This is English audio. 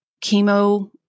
chemo